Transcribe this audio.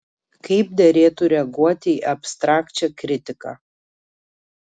kaip derėtų reaguoti į abstrakčią kritiką